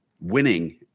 winning